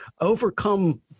overcome